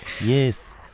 Yes